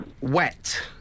Wet